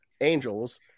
angels